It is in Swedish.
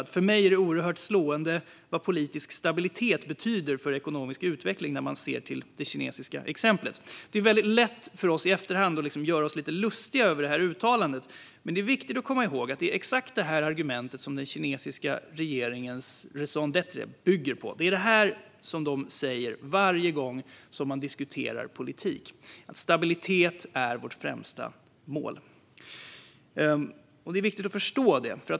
Han sa: "För mig är det oerhört slående vad politisk stabilitet betyder för ekonomisk utveckling när man ser det kinesiska exemplet." Det är väldigt lätt för oss att i efterhand göra oss lite lustiga över uttalandet. Det är dock viktigt att komma ihåg att det är exakt detta argument som den kinesiska regeringens raison d'être bygger på. Det är detta som de säger varje gång de diskuterar politik: Stabilitet är vårt främsta mål. Det är viktigt att förstå detta.